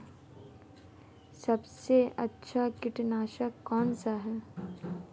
सबसे अच्छा कीटनाशक कौनसा है?